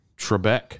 Trebek